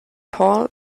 paul